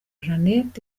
janet